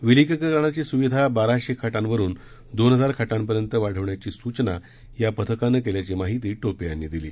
विलगीकरणाची स्विधा बाराशे खाटांवरून दोन हजार खाटांपर्यंत वाढवण्याची सूचना या पथकानं केल्याची माहिती टोपे यांनी दिली